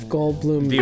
Goldblum